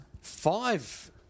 Five